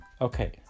Okay